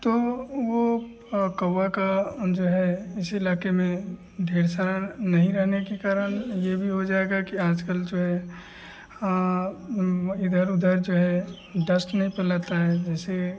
तो वह कौवा का जो है इस इलाके में ढेर सारा नहीं रहने के कारण यह भी हो जाएगा कि आजकल जो है हाँ इधर उधर जो है डस्ट नहीं फैलाता है जैसे